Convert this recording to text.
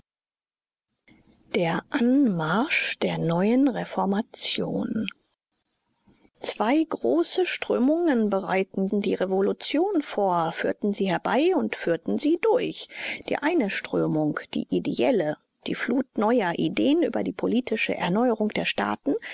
der anmarsch der neuen reformation zwei große strömungen bereiteten die revolution vor führten sie herbei und führten sie durch die eine strömung die ideelle die flut neuer ideen über die politische erneuerung der staaten